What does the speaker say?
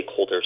stakeholders